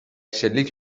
شلیک